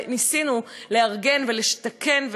וניסינו לארגן ולתקן,